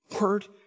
Word